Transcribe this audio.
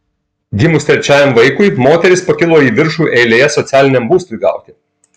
gimus trečiajam vaikui moteris pakilo į viršų eilėje socialiniam būstui gauti